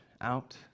out